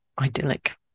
idyllic